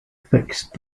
fixed